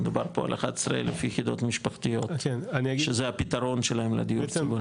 מדובר פה על 11 אלף יחידות משפחתיות שזה הפתרון שלהם לדיור הציבורי.